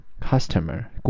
customer